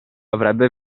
avrebbe